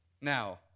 Now